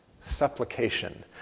supplication